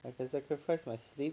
I got sacrifice my sleep